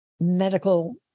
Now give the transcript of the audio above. medical